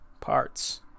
parts